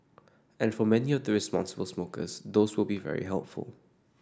and for many of the responsible smokers those will be very helpful